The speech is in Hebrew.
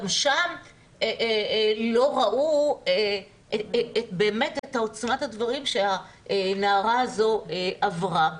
גם שם לא ראו באמת את עוצמת הדברים שהנערה הזאת עברה,